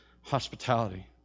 hospitality